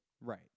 Right